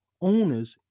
owners